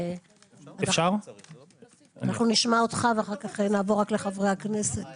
אנחנו נשמע אותך ואז נעבור לחברי הכנסת